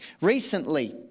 Recently